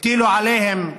הטילו עליהם עונשים,